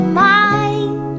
mind